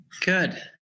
Good